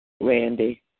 Randy